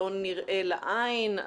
לא נראה לעין,